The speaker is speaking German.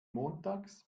montags